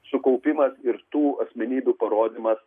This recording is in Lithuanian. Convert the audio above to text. sukaupimas ir tų asmenybių parodymas